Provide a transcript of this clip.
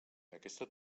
aquesta